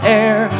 air